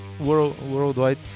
worldwide